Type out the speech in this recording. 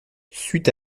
suite